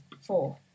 four